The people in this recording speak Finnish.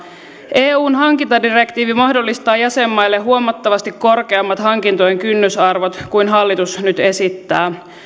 eun hankintadirektiivi mahdollistaa jäsenmaille huomattavasti korkeammat hankintojen kynnysarvot kuin hallitus nyt esittää